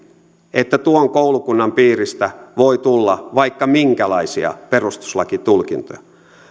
että tuon koulukunnan piiristä voi tulla vaikka minkälaisia perustuslakitulkintoja